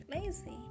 lazy